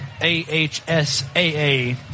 AHSAA